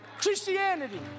Christianity